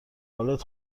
حالت